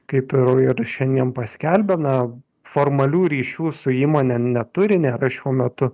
kaip ir ir šiandien paskelbė na formalių ryšių su įmone neturi nėra šiuo metu